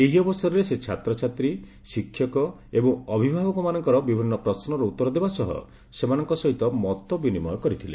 ଏହି ଅବସରରେ ସେ ଛାତ୍ରଛାତ୍ରୀ ଶିକ୍ଷକ ଏବଂ ଅଭିଭାବକମାନଙ୍କର ବିଭିନ୍ନ ପ୍ରଶ୍ୱର ଉତ୍ତର ଦେବା ସହ ସେମାନଙ୍କ ସହିତ ମତ ବିନିମୟ କରିଥିଲେ